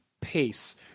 pace